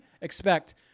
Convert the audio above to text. expect